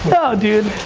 oh dude.